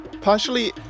partially